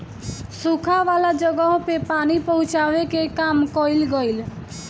सुखा वाला जगह पे पानी पहुचावे के काम कइल गइल